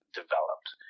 developed